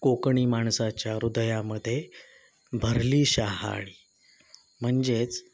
कोकणी माणसाच्या हृदयामध्ये भरली शहाळी म्हणजेच